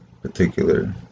particular